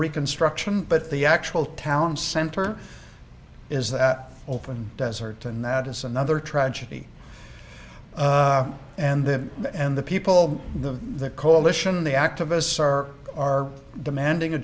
reconstruction but the actual town center is that open desert and that is another tragedy and that and the people the coalition the activists are are demanding a